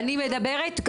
אני מדברת,